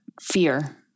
fear